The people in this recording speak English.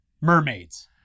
mermaids